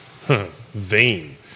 Vain